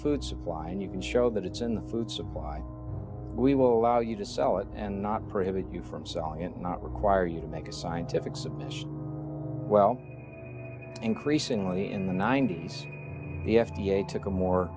food supply and you can show that it's in the food supply we will allow you to sell it and not prohibit you from selling it not require you to make a scientific submission well increasingly in the ninety's the f d a took a more